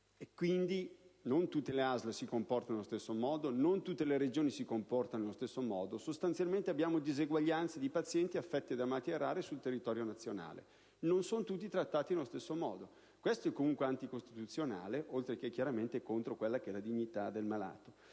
che non tutte le ASL si comportano allo stesso modo, non tutte le Regioni si comportano allo stesso modo, sostanzialmente abbiamo disuguaglianze fra i pazienti affetti da malattie rare sul territorio nazionale: non sono tutti trattati nello stesso modo, e questo è comunque anticostituzionale, oltre che chiaramente contrario alla dignità del malato.